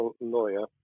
lawyer